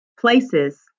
places